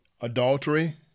adultery